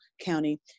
County